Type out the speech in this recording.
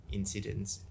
incidents